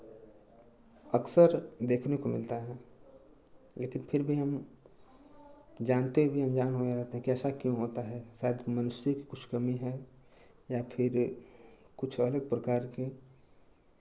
अक्सर देखने को मिलता है लेकिन फिर भी हम जानते हुए अनजान हुए रहते हैं कि ऐसा क्यों होता है शायद मनुष्य की कुछ कमी है या फिर कुछ अलग प्रकार के